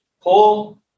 Pull